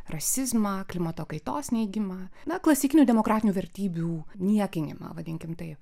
rasizmą klimato kaitos neigimą na klasikinių demokratinių vertybių niekinimą vadinkim taip